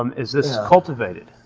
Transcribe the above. um is this cultivated?